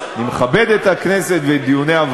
אני מניח שנרשמת לדבר.